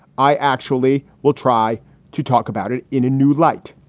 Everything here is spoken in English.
i actually will try to talk about it in a new light.